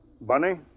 Bunny